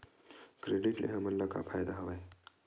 Credit ले हमन ला का फ़ायदा हवय?